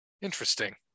Interesting